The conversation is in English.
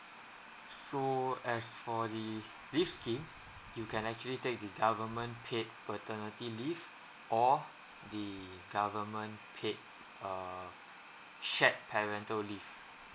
so as for the leave scheme you can actually take the government paid paternity leave or the government paid err shared parental leave